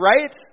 right